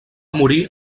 morir